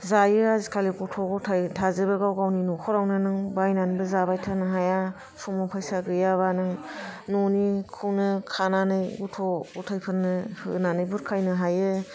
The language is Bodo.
जायो आजिखालि गथ' गथाइ थाजोबो गाव गावनि न'खरावनो नाें बायनानैबो जाबाय थानोबो हाया समाव फैसा गैयाबा नों न'निखाैनो खानानै गथ' गथाइफोरनो होनानै बुरखायनो हायो